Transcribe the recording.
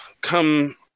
come